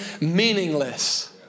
meaningless